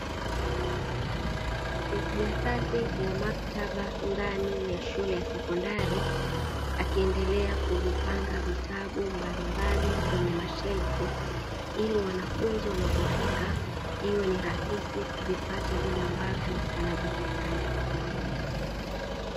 Mfanyakazi wa maktaba ndani ya shule ya sekondari akiendelea kuvipanga vitabu mbalimbali kwenye mashelfu, ili wanafunzi wanapofika iwe ni rahisi kuvipata vile ambavyo wanavihitaji.